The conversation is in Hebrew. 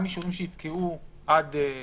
גם אישורים שיפקעו עד ספטמבר-אוקטובר,